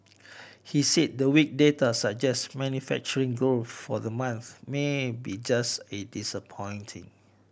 he said the weak data suggest manufacturing growth for the month may be just as disappointing